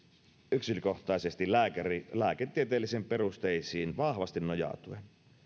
yksilökohtaisesti lääkäri lääketieteellisiin perusteisiin vahvasti nojautuen